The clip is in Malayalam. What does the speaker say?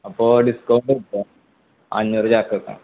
അപ്പോള് ഡിസ്കൗണ്ട് കിട്ടുമോ അഞ്ഞൂറ് ചാക്കെടുക്കാം